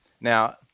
Now